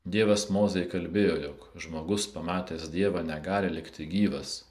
dievas mozei kalbėjo jog žmogus pamatęs dievą negali likti gyvas